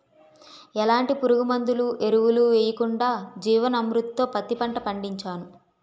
ఎలాంటి పురుగుమందులు, ఎరువులు యెయ్యకుండా జీవన్ అమృత్ తో పత్తి పంట పండించాను